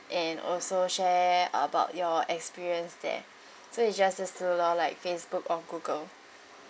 and also share about your experience there so it's just this two lor like Facebook or google